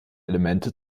elemente